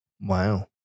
Wow